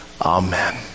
Amen